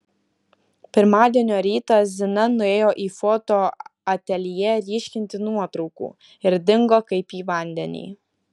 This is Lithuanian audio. pirmadienio rytą zina nuėjo į foto ateljė ryškinti nuotraukų ir dingo kaip į vandenį